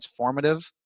transformative